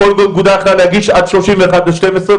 כל אגודה יכלה להגיש עד שלושים ואחד לשתים עשרה,